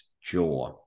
jaw